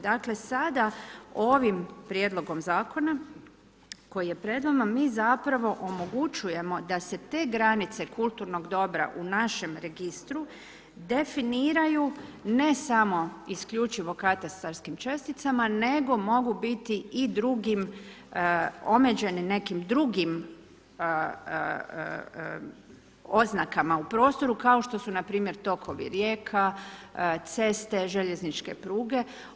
Dakle, sada ovim Prijedlogom Zakona koji je pred vama mi zapravo omogućujemo da se te granice kulturnog dobra u našem registru definiraju ne samo isključivo katastarskim česticama, nego mogu biti i drugim, omeđene nekim drugim oznakama u prostoru kao što su npr. tokovi rijeka, ceste, željezničke pruge.